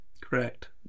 correct